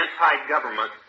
anti-government